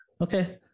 okay